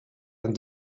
and